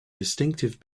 distinctive